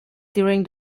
during